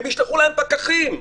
הם ישלחו להם פקחים,